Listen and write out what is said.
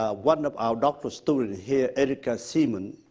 ah one of our doctoral student here, erika seamon,